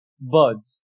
birds